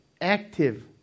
active